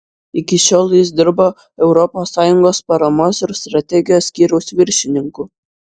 iki šiol jis dirbo europos sąjungos paramos ir strategijos skyriaus viršininku